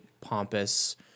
pompous